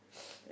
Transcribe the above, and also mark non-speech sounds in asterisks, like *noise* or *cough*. *noise*